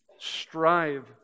Strive